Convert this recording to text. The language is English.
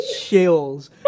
chills